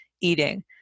eating